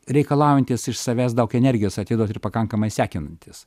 reikalaujantis iš savęs daug energijos atiduot ir pakankamai sekinantis